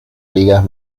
ligas